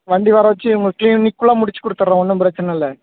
வண்டி வர வச்சு உங்குளுக்கு கிளீன் இன்னிக்குள்ள முடித்துக் கொடுத்துறேன் ஒன்றும் பிரச்சனைல்ல